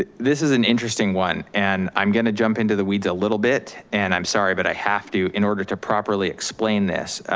ah this is an interesting one. and i'm gonna jump into the weeds a little bit, and i'm sorry, but i have to, in order to properly explain this,